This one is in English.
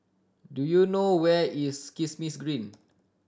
do you know where is Kismis Green